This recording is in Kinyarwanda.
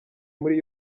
muri